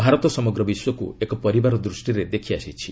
ଭାରତ ସମଗ୍ର ବିଶ୍ୱକୁ ଏକ ପରିବାର ଦୃଷ୍ଟିରେ ଦେଖିଆସିଛି